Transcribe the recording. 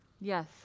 Yes